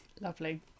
Lovely